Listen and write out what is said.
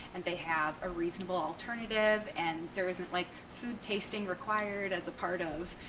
and they have a reasonable alternative and there isn't like food tasting required as a part of,